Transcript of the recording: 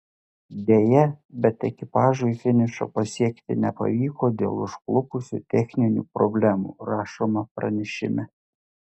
deja bet ekipažui finišo pasiekti nepavyko dėl užklupusių techninių problemų rašoma pranešime